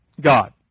God